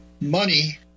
money